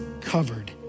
covered